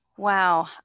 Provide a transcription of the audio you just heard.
Wow